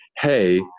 hey